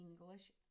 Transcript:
English